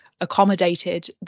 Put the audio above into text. accommodated